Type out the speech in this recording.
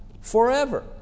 forever